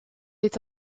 est